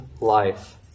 life